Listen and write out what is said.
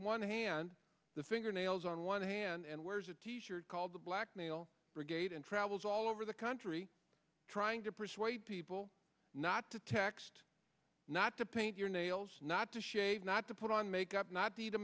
one hand the fingernails on one hand and wears a t shirt called the black male brigade and travels all over the country trying to persuade people not to text not to paint your nails not to shave not to put on makeup not